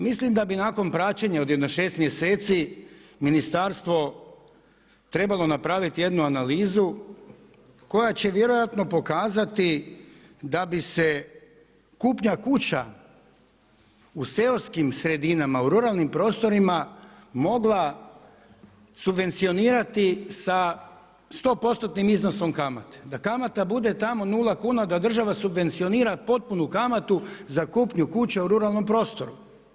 Mislim da bi nakon praćenja od jednog šest mjeseci ministarstvo trebalo napraviti jednu analizu koja će vjerojatno pokazati da bi se kupnja kuća u seoskim sredinama, u ruralnim prostorima mogla subvencionirati sa sto postotnim iznosom kamate, da kamata bude tamo nula kuna, da država subvencionira potpunu kamatu za kupnju kuće u ruralnom prostoru.